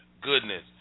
goodness